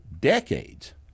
decades